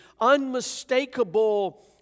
unmistakable